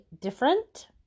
different